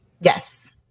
Yes